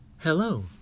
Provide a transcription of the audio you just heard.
Hello